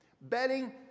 Betting